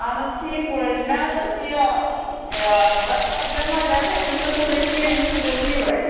اہن حَظ ٹھیٖکھ پٲٹھۍ مےٚ حَظ اوس یہِ بَچہِ حَظ بٮ۪مار یہِ حظ ہیٚکہِ نہٕ سکوٗل یِتھ کینٛہہ أمِس تھٲیزیو لیٖو اَتہِ